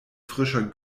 frischer